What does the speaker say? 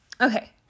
Okay